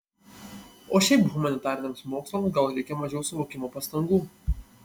o šiaip humanitariniams mokslams gal reikia mažiau suvokimo pastangų